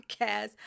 podcast